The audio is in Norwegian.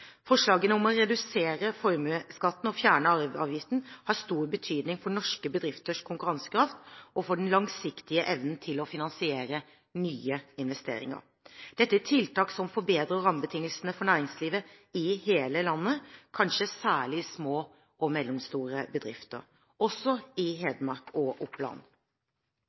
Forslagene om å redusere formuesskatten og fjerne arveavgiften har stor betydning for norske bedrifters konkurransekraft og for den langsiktige evnen til å finansiere nye investeringer. Dette er tiltak som forbedrer rammebetingelsene for næringslivet i hele landet, kanskje særlig for små og mellomstore bedrifter, også i Hedmark og Oppland.